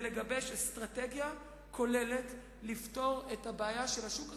לגבש אסטרטגיה כוללת לפתור את הבעיה של השוק הזה,